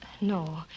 No